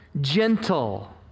gentle